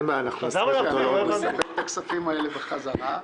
-- שנקבל את הכספים האלה בחזרה.